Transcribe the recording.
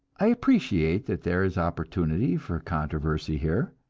i appreciate that there is opportunity for controversy here.